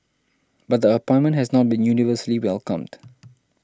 but the appointment has not been universally welcomed